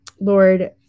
Lord